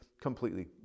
completely